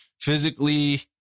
Physically